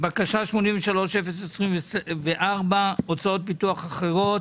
בקשה 83024, הוצאות פיתוח אחרות,